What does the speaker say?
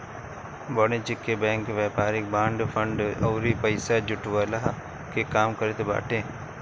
वाणिज्यिक बैंक व्यापारिक bond, fund अउरी पईसा जुटवला के काम करत बाटे